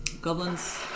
Goblins